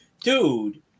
dude